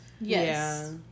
Yes